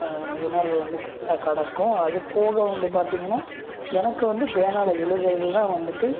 உணர்வு வந்து கரெட்டாக கடக்கும் அது போக வந்து பார்த்திங்கனா எனக்கு வந்து பேனாவில் எழுதுகிறதுதான் வந்துட்டு